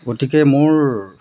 গতিকে মোৰ